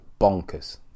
Bonkers